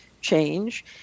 change